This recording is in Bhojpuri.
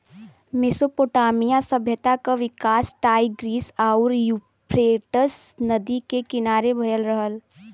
मेसोपोटामिया सभ्यता के विकास टाईग्रीस आउर यूफ्रेटस नदी के किनारे भयल रहल